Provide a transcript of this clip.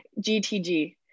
GTG